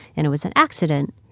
and it was an accident,